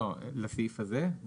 לסעיף הזה?